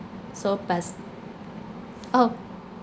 so best oh